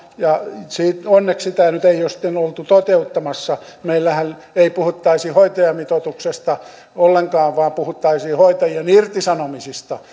ja onneksi sitä ei nyt ole sitten oltu toteuttamassa meillähän ei puhuttaisi hoitajamitoituksesta ollenkaan vaan puhuttaisiin hoitajien irtisanomisista